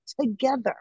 together